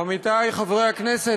עמיתי חברי הכנסת,